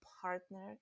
partner